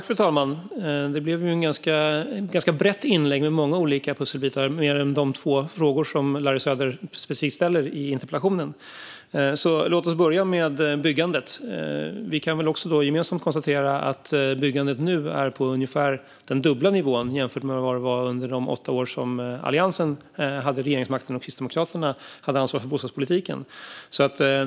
Fru talman! Det blev ett ganska brett inlägg med många olika pusselbitar och fler än de två frågor som Larry Söder ställde i interpellationen. Låt oss börja med byggandet. Vi kan gemensamt konstatera att byggandet nu är på ungefär den dubbla nivån jämfört med vad det var under de åtta år som Alliansen hade regeringsmakten och Kristdemokraterna hade ansvar för bostadspolitiken.